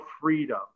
freedom